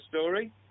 story